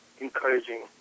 encouraging